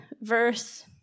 verse